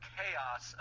Chaos